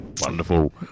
Wonderful